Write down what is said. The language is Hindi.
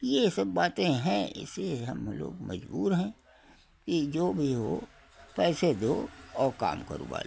ये सब बातें हैं ऐसे हम लोग मजबूर हैं कि जो भी हो पैसे दो और काम करवा लो